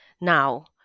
now